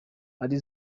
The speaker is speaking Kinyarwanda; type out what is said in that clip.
ari